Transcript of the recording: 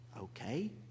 okay